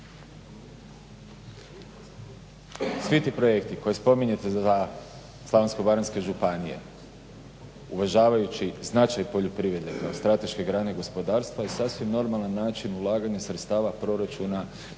Svi ti projekti koje spominjete za Slavonsko-baranjsku županiju uvažavajući značaj poljoprivrede kao strateške grane gospodarstva, je sasvim normalan način ulaganja sredstava proračuna,